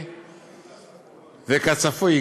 וכצפוי,